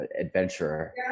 adventurer